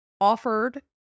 offered